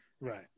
right